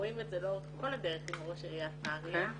רואים את זה לאורך כל הדרך עם ראש עיריית נהריה.